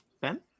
Ben